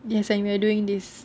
yes and we are doing this